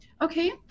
Okay